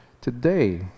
today